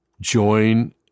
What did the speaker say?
join